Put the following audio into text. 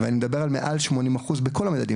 אני מדבר על כ-80% בכל המדדים,